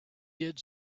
did